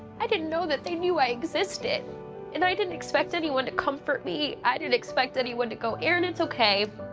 i didn't know that they knew i existed and i didn't expect anyone to comfort me. i didn't expect anyone to go, erin, it's okay.